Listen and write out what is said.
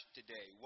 today